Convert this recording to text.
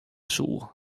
soe